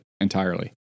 entirely